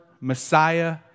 Messiah